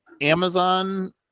amazon